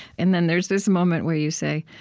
and then there's this moment where you say,